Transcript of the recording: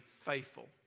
faithful